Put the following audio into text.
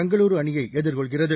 பெங்களூரு அணியை எதிர்கொள்கிறது